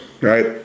right